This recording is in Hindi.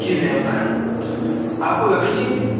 जी भैया बताएँ आपको लकड़ी चाहिए थी